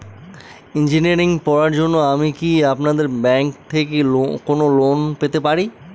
Engineering পড়ার জন্য আমি কি আপনাদের ব্যাঙ্ক থেকে কোন লোন পেতে পারি?